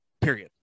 period